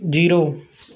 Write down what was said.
zero